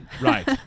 Right